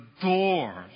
doors